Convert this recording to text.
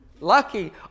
Lucky